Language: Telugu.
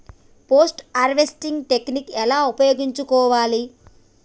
పోస్ట్ హార్వెస్టింగ్ టెక్నిక్ ఎలా ఉపయోగించుకోవాలి?